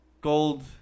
Gold